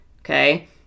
Okay